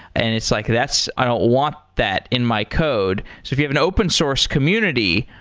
and it's like that's i don't want that in my code. so if you have an open source community,